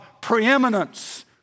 preeminence